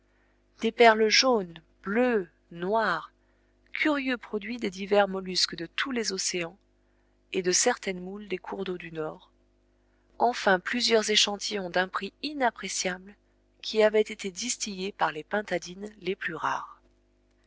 des perles jaunes bleues noires curieux produits des divers mollusques de tous les océans et de certaines moules des cours d'eau du nord enfin plusieurs échantillons d'un prix inappréciable qui avaient été distillés par les pintadines les plus rares